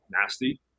nasty